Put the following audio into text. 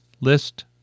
list